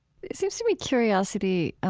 seems to me curiosity